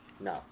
no